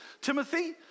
Timothy